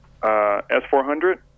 S400